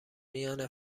میان